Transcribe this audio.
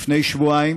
לפני שבועיים